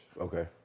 Okay